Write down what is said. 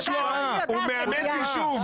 הוא מאמץ יישוב.